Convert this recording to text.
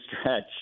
stretch